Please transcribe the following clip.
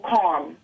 calm